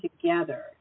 together